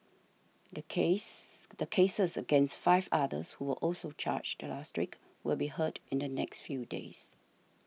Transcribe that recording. the case the cases against five others who were also charged last week will be heard in the next few days